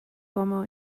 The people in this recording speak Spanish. como